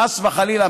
חס וחלילה,